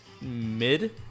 mid